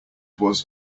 was